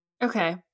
Okay